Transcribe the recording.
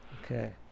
Okay